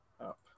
up